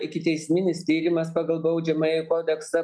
ikiteisminis tyrimas pagal baudžiamąjį kodeksą